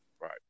right